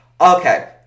Okay